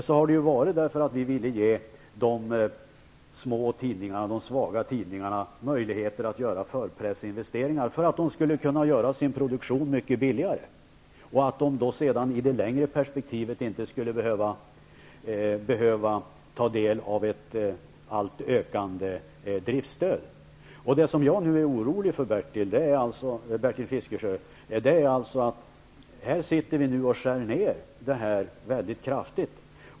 Det har varit för att vi ville ge de små och svaga tidningarna möjligheter att göra förpressinvesteringar, för att de skulle kunna göra sin produktion mycket billigare och sedan i det längre perspektivet inte skulle behöva ett ökande driftsstöd. Nu skär vi ner detta stöd kraftigt.